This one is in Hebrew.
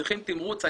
צריכים תמרוץ,